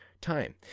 time